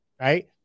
right